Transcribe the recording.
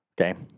Okay